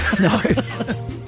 No